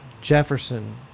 Jefferson